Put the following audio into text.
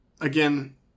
Again